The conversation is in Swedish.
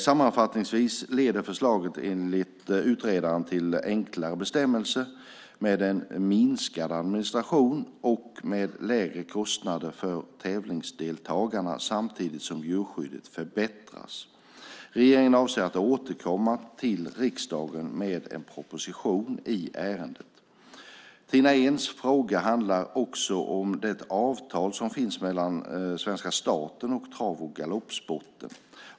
Sammanfattningsvis leder förslagen enligt utredaren till enklare bestämmelser med en minskad administration och med lägre kostnader för tävlingsdeltagarna, samtidigt som djurskyddet förbättras. Regeringen avser att återkomma till riksdagen med en proposition i ärendet. Tina Ehns fråga handlar också om det avtal som finns mellan svenska staten och trav och galoppsporten.